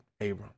abram